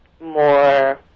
more